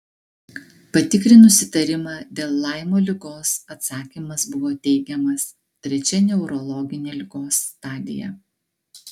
patikrinus įtarimą dėl laimo ligos atsakymas buvo teigiamas trečia neurologinė ligos stadija